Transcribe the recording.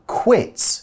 quits